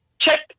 check